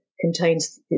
contains